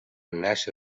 نشه